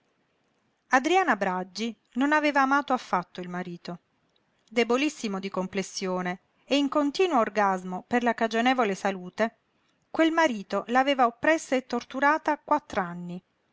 adriana braggi non aveva amato affatto il marito debolissimo di complessione e in continuo orgasmo per la cagionevole salute quel marito l'aveva oppressa e torturata quattr'anni